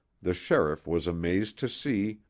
the sheriff was amazed to see,